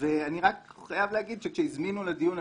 אני חייב להגיד שכשהזמינו לדיון,